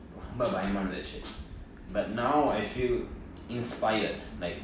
ரொம்ப பயமா இருந்துச்சு:romba bayamaa irunthuchu but now I feel inspired like